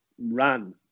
ran